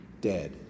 dead